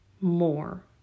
more